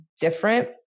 different